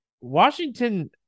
Washington